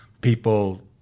people